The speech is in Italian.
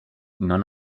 non